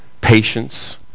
patience